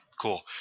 cool